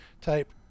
type